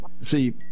see